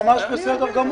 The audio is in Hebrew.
הוא ממש בסדר גמור.